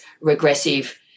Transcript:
regressive